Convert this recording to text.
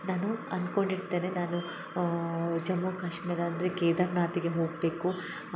ನಾನು ಅನ್ಕೊಂಡು ಇರ್ತೇನೆ ನಾನು ಜಮ್ಮು ಕಾಶ್ಮೀರ ಅಂದರೆ ಕೇದರ್ನಾರ್ಥ್ಗೆ ಹೋಗಬೇಕು